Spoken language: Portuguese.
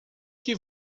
que